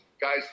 guys